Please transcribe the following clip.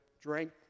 drink